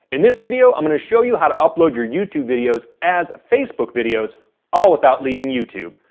in this video i'm going to show you how to upload your youtube videos as facebook videos all without leaving youtube.